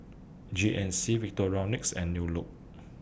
G N C Victorinox and New Look